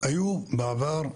היו בעבר,